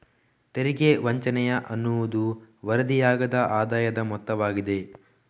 ತೆರಿಗೆ ವಂಚನೆಯ ಅನ್ನುವುದು ವರದಿಯಾಗದ ಆದಾಯದ ಮೊತ್ತವಾಗಿದೆ